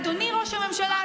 אדוני ראש הממשלה,